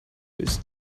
bis